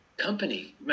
company